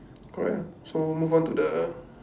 correct ah so move on to the